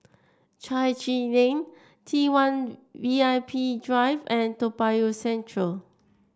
Chai Chee Lane T one V I P Drive and Toa Payoh Central